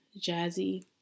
Jazzy